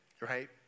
right